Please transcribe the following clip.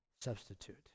substitute